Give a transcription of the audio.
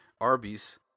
Arby's